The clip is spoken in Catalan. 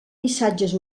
missatges